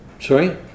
Sorry